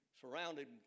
surrounded